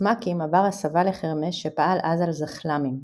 מ"כים עבר הסבה לחרמ"ש שפעל אז על זחל"מים.